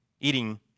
eating